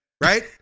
Right